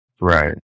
Right